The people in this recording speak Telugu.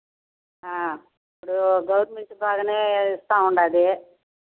ఇప్పుడు గవర్నమెంట్ బాగా ఇస్తు ఉంది